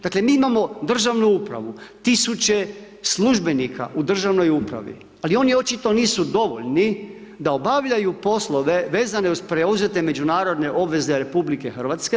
Dakle, mi imamo državnu upravu, tisuće službenika u državnoj upravi, ali oni očito nisu dovoljni da obavljaju poslove vezane uz preuzete međunarodne obveze RH.